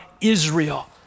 Israel